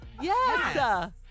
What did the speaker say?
Yes